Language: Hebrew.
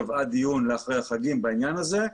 קבעה דיון לאחרי החגים בעניין הזה.